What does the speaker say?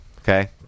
okay